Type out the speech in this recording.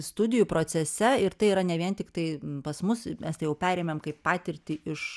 studijų procese ir tai yra ne vien tiktai pas mus mes tai jau perėmėm kaip patirtį iš